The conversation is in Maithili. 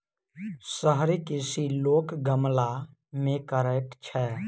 शहरी कृषि लोक गमला मे करैत छै